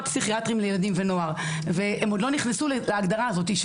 פסיכיאטרים לילדים ונוער והם עוד לא נכנסו להגדרה הזאתי,